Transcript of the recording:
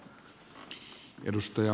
arvoisa puhemies